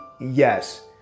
yes